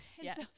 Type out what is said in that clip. Yes